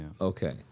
Okay